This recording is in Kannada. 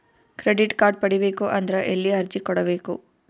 ಕ್ರೆಡಿಟ್ ಕಾರ್ಡ್ ಪಡಿಬೇಕು ಅಂದ್ರ ಎಲ್ಲಿ ಅರ್ಜಿ ಕೊಡಬೇಕು?